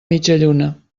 mitjalluna